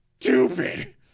stupid